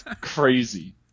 crazy